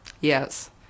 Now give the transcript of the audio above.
Yes